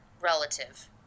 relative